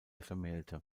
vermählte